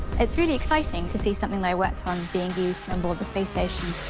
it's really exciting to see something that i worked on being used onboard the space station.